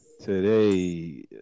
today